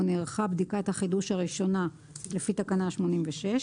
נערכה בדיקת החידוש הראשונה לפי תקנה 86,